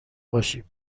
باشیم